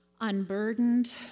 unburdened